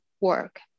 work